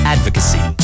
Advocacy